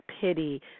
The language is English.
pity